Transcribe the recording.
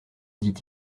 dit